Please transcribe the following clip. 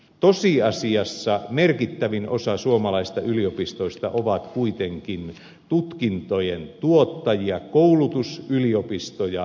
tosiasiassa merkittävin osa suomalaisista yliopistoista on kuitenkin tutkintojen tuottajia koulutusyliopistoja